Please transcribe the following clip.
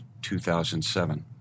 2007